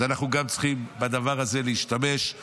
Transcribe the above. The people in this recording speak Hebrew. אז גם אנחנו צריכים להשתמש בדבר הזה.